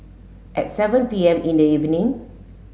at seven P M in the evening